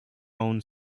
own